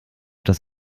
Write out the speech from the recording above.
das